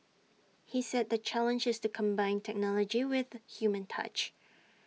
he said the challenge is to combine technology with human touch